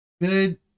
Good